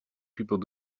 people